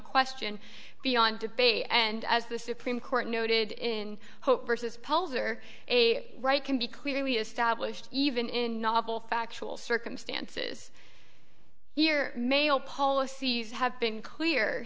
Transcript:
question beyond debate and as the supreme court noted in hope versus polls or a right can be clearly established even in novel factual circumstances here male policies have been clear